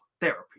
Therapy